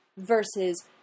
Versus